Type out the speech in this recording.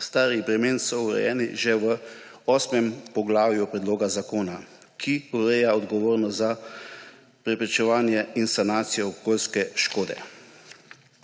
starih bremen so urejeni že v 8. poglavju predloga zakona, ki ureja odgovornost za preprečevanje in sanacijo okoljske škode.